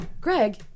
Greg